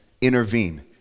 intervene